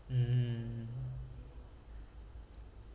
mm